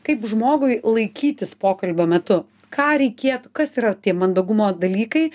kaip žmogui laikytis pokalbio metu ką reikėtų kas yra tie mandagumo dalykai